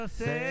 Say